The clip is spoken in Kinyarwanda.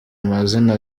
amazina